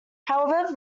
however